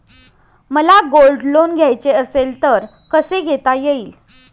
मला gold loan घ्यायचे असेल तर कसे घेता येईल?